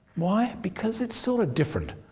why? because it's sort of different.